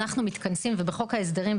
אנחנו מתכנסים בחוק ההסדרים,